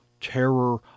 terror